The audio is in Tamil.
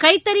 கைத்தறி